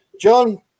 John